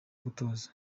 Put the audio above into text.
gutoza